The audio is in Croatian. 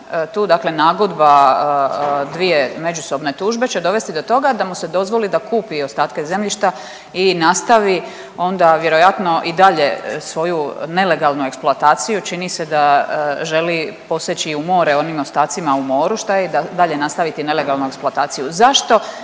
tu dakle nagodba dvije međusobne tužbe će dovesti do toga da mu se dozvoli da kupi i ostatke zemljišta i nastavi onda vjerojatno i dalje svoje nelegalnu eksploataciju, čini se da želi poseći i u more, onim ostacima u moru, šta i dalje nastavit nelegalnu eksploataciju. Zašto